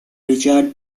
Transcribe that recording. richard